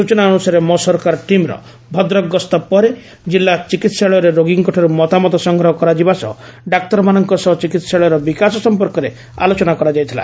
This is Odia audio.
ସୂଚନା ଅନୁସାରେ ମୋ ସରକାର ଟିମ୍ର ଭଦ୍ରକ ଗସ୍ତ ପରେ ଜିଲ୍ଲା ଚିକିହାଳୟରେ ରୋଗୀଙ୍ଠାରୁ ମତାମତ ସଂଗ୍ରହ କରାଯିବା ସହ ଡାକ୍ତରମାନଙ୍କ ସହ ଚିକିହାଳୟର ବିକାଶ ସମ୍ପର୍କରେ ଆଲୋଚନା କରାଯାଇଥିଲା